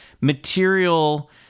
material